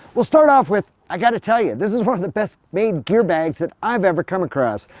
we'll start off with, i've got to tell you, this is one of the best made gear bags that i've ever come across.